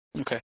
Okay